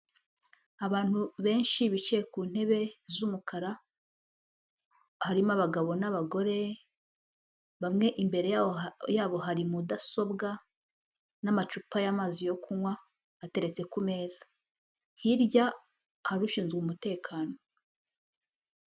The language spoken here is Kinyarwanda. Abantu benshi bicaye ku ntebe z'umukara harimo abagabo n'abagore, bamwe imbere yabo hari mudasobwa n'amacupa y'amazi yo kunywa ateretse ku meza hirya hari abashinzwe umutekano.